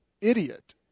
idiot